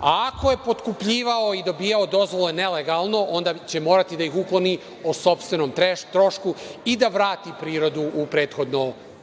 Ako je potkupljivao i dobijao dozvole nelegalno, onda će morati da ih ukloni o sopstvenom trošku i da vrati prirodu u prethodno